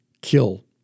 kill